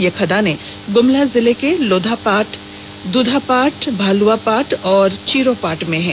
ये खदानें गुमेला जिले के लोधापाटा दूधापाट भुलुआपाट और चीरोपाट में हैं